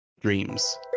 dreams